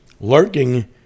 lurking